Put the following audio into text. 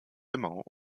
immer